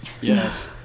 Yes